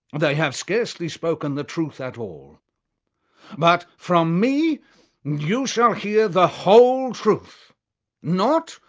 they have scarcely spoken the truth at all but from me you shall hear the whole truth not,